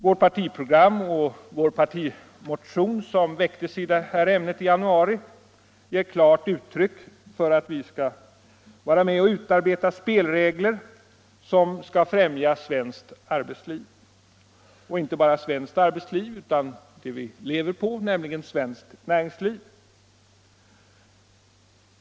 Vårt partiprogram och den partimotion i detta ämne som vi väckte i januari ger klart uttryck för att vi vill vara med och utarbeta spelregler som skall främja svenskt arbetsliv, och inte bara svenskt arbetsliv utan det vi lever på, nämligen svenskt näringsliv.